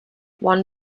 one